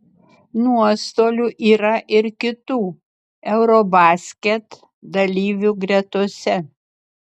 nuostolių yra ir kitų eurobasket dalyvių gretose